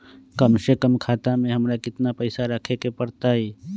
कम से कम खाता में हमरा कितना पैसा रखे के परतई?